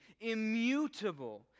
immutable